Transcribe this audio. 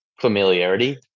familiarity